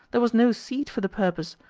there was no seed for the purpose,